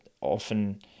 often